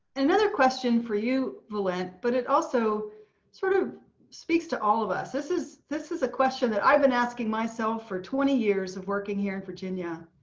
another question for you, v'lent but it also sort of speaks to all of us. this is, this is a question that i've been asking myself for twenty years of working here in virginia.